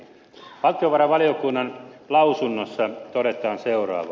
valtiovarainvaliokunnan lausunnossa todetaan seuraavaa